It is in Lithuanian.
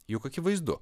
juk akivaizdu